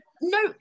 No